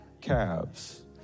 calves